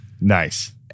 Nice